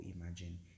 imagine